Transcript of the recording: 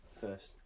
first